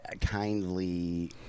kindly